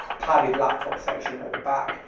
padded laptop section at the back,